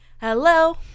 Hello